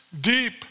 deep